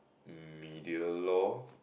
media law